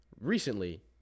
recently